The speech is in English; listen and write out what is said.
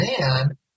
man